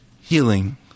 healing